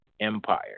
empire